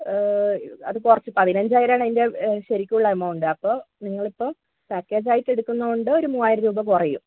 അത് കുറച്ച് പതിനഞ്ചായിരമാണ് അതിൻറ്റെ ശരിക്കുള്ള എമൗണ്ട് അപ്പോൾ നിങ്ങളിപ്പോൾ പാക്കേജായിട്ടെടുക്കുന്നത് കൊണ്ട് ഒരു മൂവായിരം രൂപ കുറയും